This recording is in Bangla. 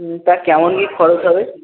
হুম তা কেমন কী খরচ হবে